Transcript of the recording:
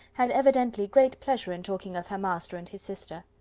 had evidently great pleasure in talking of her master and his sister.